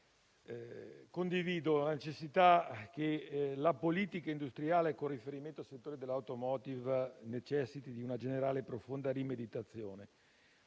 condivido il fatto che la politica industriale, con riferimento al settore dell'*automotive*, necessiti di una generale e profonda rimeditazione,